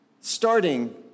starting